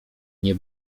nie